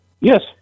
Yes